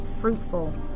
Fruitful